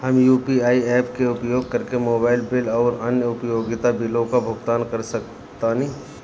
हम UPI apps के उपयोग करके मोबाइल बिल आउर अन्य उपयोगिता बिलों का भुगतान कर सकतानी